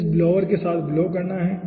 तो इस ब्लोअर के साथ ब्लो करना है